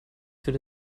würde